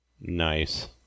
Nice